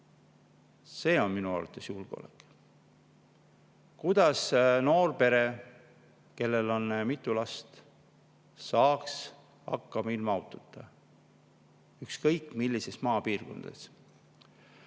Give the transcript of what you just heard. See on minu arvates julgeolek. Kuidas noor pere, kellel on mitu last, saab hakkama ilma autota ükskõik millises maapiirkonnas?